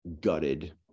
gutted